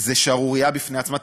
זאת שערורייה בפני עצמה.